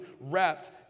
wrapped